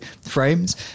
frames